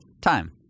time